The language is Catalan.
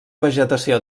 vegetació